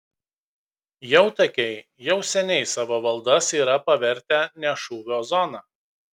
jautakiai jau seniai savo valdas yra pavertę ne šūvio zona